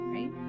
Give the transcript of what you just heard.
Right